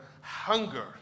hunger